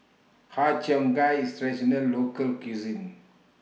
Har Cheong Gai IS Local Cuisine